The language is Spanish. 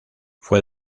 fue